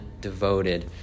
devoted